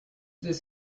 this